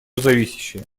зависящее